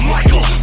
Michael